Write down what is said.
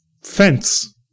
fence